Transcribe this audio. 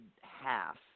half